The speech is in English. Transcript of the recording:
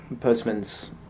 Postman's